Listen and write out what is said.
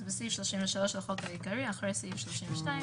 זה בדיוק המדרון החלקלק שאנחנו מדברים עליו,